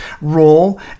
role